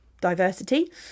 diversity